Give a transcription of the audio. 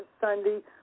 Sunday